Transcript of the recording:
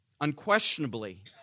Unquestionably